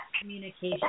communication